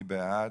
מי בעד?